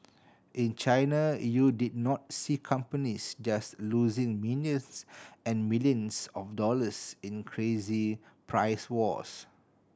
in China you did not see companies just losing millions and millions of dollars in crazy price wars